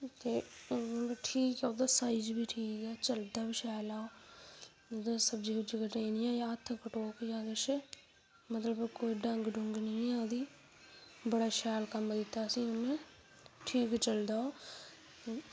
ते ठीक ऐ ओह् ओह्दा साईज़ बी ठीक ऐ ते चलदा बी शैल ऐ ओह् ते सब्जी कटदे एह् नीं ऐ कि हथ कटोग जां मतलव कोई डंग डुंग नीं ऐ ओह्दी शैल कम्म दित्ता ओस असैं गी ठीक चलदा ओह्